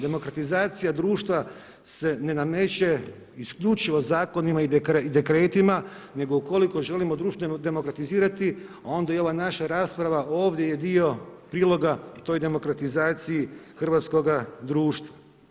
Demokratizacija društva se ne nameće isključivo zakonima i dekretima nego ukoliko želimo društvo demokratizirati onda i ova naša rasprava ovdje je dio priloga toj demokratizaciji hrvatskoga društva.